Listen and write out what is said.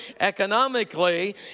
economically